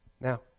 Now